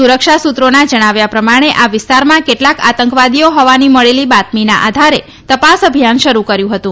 સુરક્ષા સુત્રોના જણાવ્યા પ્રમાણે આ વિસ્તારમાં કેટલા આતંકવાદીઓ હોવાની મળેલી બાતમીના આધારે તપાસ અભિયાન શરૂ કર્યુ હતું